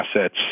assets